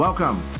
Welcome